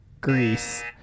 Greece